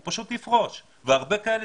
הוא פשוט יפרוש ויש הרבה כאלה.